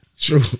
True